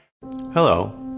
Hello